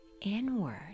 Inward